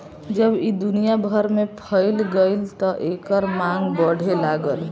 जब ई दुनिया भर में फइल गईल त एकर मांग बढ़े लागल